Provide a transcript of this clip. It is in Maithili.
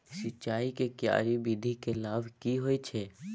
सिंचाई के क्यारी विधी के लाभ की होय छै?